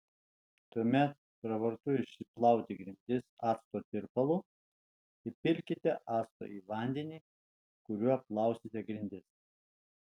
tuomet pravartu išplauti grindis acto tirpalu įpilkite acto į vandenį kuriuo plausite grindis